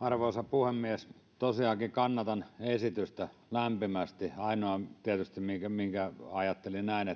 arvoisa puhemies tosiaankin kannatan esitystä lämpimästi ainoa tietysti minkä minkä ajattelin näin